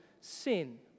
sin